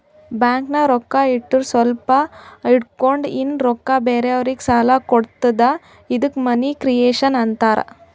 ಬ್ಯಾಂಕ್ನಾಗ್ ರೊಕ್ಕಾ ಇಟ್ಟುರ್ ಸ್ವಲ್ಪ ಇಟ್ಗೊಂಡ್ ಇನ್ನಾ ರೊಕ್ಕಾ ಬೇರೆಯವ್ರಿಗಿ ಸಾಲ ಕೊಡ್ತುದ ಇದ್ದುಕ್ ಮನಿ ಕ್ರಿಯೇಷನ್ ಆಂತಾರ್